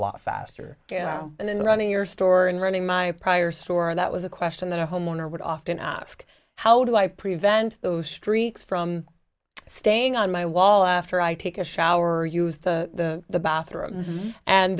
lot faster and then running your store and running my prior store that was a question that a homeowner would often ask how do i prevent those streets from staying on my wall after i take a shower or use the the bathroom and